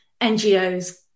NGOs